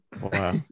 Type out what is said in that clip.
Wow